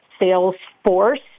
Salesforce